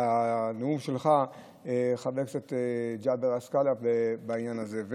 בנאום שלך, חבר הכנסת ג'אבר עסאקלה, בעניין הזה.